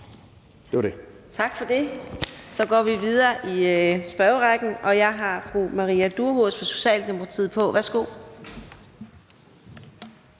Adsbøl): Tak for det. Så går vi videre i spørgerrækken, og jeg har sat fru Maria Durhuus fra Socialdemokratiet på. Værsgo.